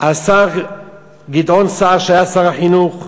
השר גדעון סער, שהיה שר החינוך,